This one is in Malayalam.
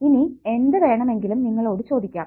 ഇനി എന്ത് വേണമെങ്കിലും നിങ്ങളോടു ചോദിക്കാം